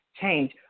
change